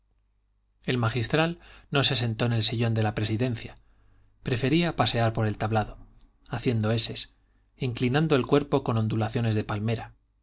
el magistral no se sentó en el sillón de la presidencia prefería pasear por el tablado haciendo eses inclinando el cuerpo con ondulaciones de palmera